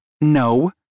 No